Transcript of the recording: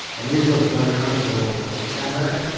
and this was going on until september,